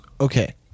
okay